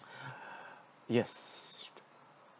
yes